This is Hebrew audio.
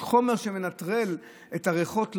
יש חומר שמנטרל את הריחות,